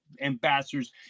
ambassadors